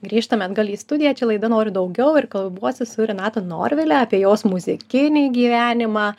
grįžtame atgal į studiją čia laida noriu daugiau ir kalbuosi su renata norvile apie jos muzikinį gyvenimą